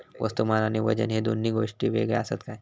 वस्तुमान आणि वजन हे दोन गोष्टी वेगळे आसत काय?